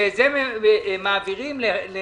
שאת זה הם מעבירים לחוק,